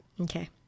Okay